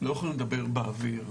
לא יכולים לדבר באוויר,